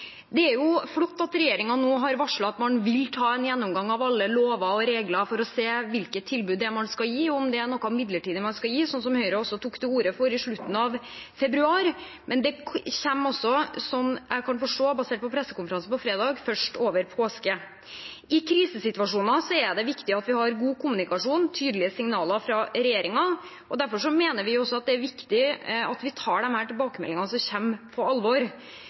er flott at regjeringen nå har varslet at man vil ta en gjennomgang av alle lover og regler for å se hvilke tilbud man skal gi, og om det er noe midlertidig man skal gi, som Høyre også tok til orde for i slutten av februar. Men det kommer, slik jeg forstår ut fra pressekonferansen på fredag, først over påske. I krisesituasjoner er det viktig at vi har god kommunikasjon og tydelige signaler fra regjeringen. Derfor mener vi at det er viktig at vi tar de tilbakemeldingene som kommer, på alvor.